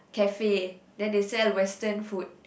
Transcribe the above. cafe then they sell western food